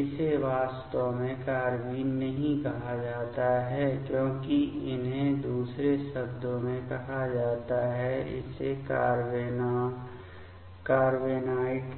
इसे वास्तव में कार्बेन नहीं कहा जाता है लेकिन इन्हें दूसरे शब्द में कहा जाता है इसे कारबेनॉइड